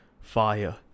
fire